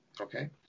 Okay